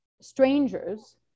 strangers